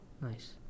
Nice